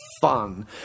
fun